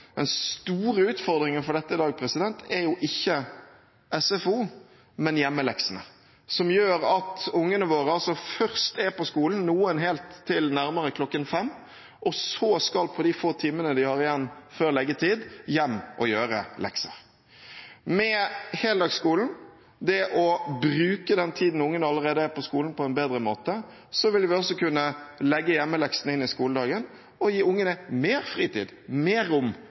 Den store utfordringen for dette i dag er jo ikke SFO, men hjemmeleksene, som gjør at ungene våre først er på skolen – noen helt til nærmere klokken fem – og så skal de på de få timene de har igjen før leggetid, hjem og gjøre lekser. Med heldagsskolen – det å bruke den tiden ungene allerede er på skolen, på en bedre måte – vil vi også kunne legge hjemmeleksene inn i skoledagen og gi ungene mer fritid, mer rom